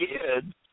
kids